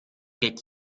geht